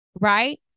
Right